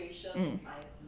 um